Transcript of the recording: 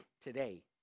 today